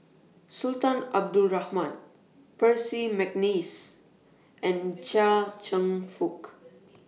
Sultan Abdul Rahman Percy Mcneice and Chia Cheong Fook